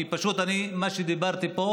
כי פשוט מה שדיברתי פה,